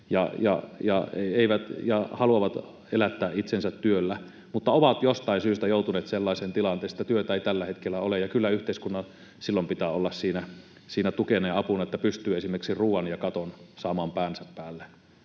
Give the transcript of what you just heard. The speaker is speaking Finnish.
ja haluavat elättää itsensä työllä mutta ovat jostain syystä joutuneet sellaiseen tilanteeseen, että työtä ei tällä hetkellä ole, ja kyllä yhteiskunnan silloin pitää olla siinä tukena ja apuna, että pystyy esimerkiksi ruoan ja katon saamaan päänsä päälle.